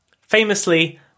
Famously